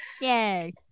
Yay